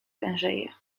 tężeje